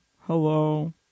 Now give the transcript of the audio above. hello